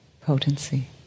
potency